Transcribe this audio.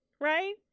right